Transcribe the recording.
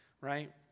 right